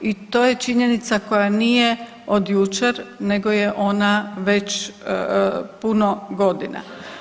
I to je činjenica koja nije od jučer nego je ona već puno godina.